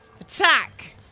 attack